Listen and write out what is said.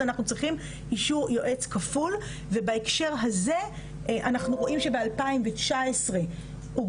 אנחנו צריכים אישור יועץ כפול ובהקשר הזה אנחנו רואים שב-2019 הוגשו